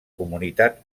comunitat